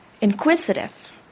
inquisitive